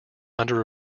under